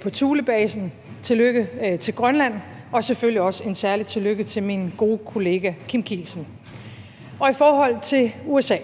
på Thulebasen. Tillykke til Grønland, og selvfølgelig også et særligt tillykke til min gode kollega Kim Kielsen. I forhold til USA